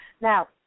Now